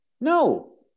No